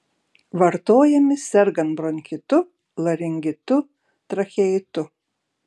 vartojami sergant bronchitu laringitu tracheitu